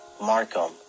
Markham